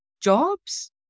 jobs